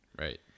Right